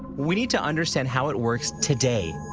we need to understand how it works today,